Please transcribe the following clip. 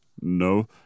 No